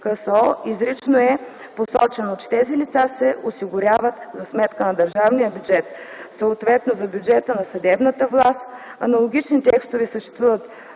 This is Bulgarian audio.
КСО е изрично посочено, че тези лица се осигуряват за сметка на държавния бюджет, респективно за сметка на бюджета на съдебната власт. Аналогични текстове съществуват